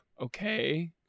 okay